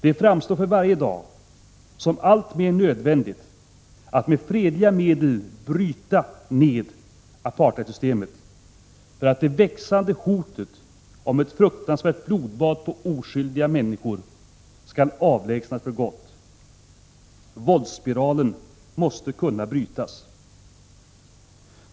Det framstår för varje dag som alltmer nödvändigt att med fredliga medel bryta med apartheidsystemet för att det växande hotet om ett fruktansvärt blodbad på oskyldiga människor skall avlägsnas för gott. Våldsspiralen måste kunna brytas.